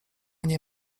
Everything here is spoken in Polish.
nie